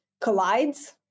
collides